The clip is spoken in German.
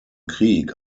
krieg